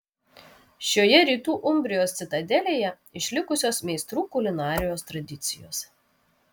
šioje rytų umbrijos citadelėje išlikusios meistrų kulinarijos tradicijos